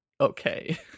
okay